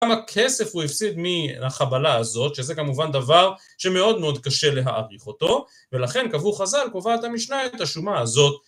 כמה כסף הוא הפסיד מהחבלה הזאת, שזה כמובן דבר שמאוד מאוד קשה להעריך אותו, ולכן קבעו חז"ל, קובעת המשנה את השומה הזאת